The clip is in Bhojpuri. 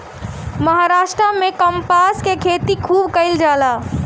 महाराष्ट्र में कपास के खेती खूब कईल जाला